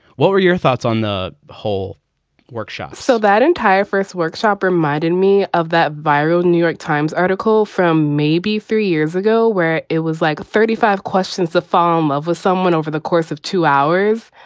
what were your thoughts on the whole workshop? so that entire first workshop reminded me of that viral new york times article from maybe three years ago where it was like thirty five questions, the form of with someone over the course of two hours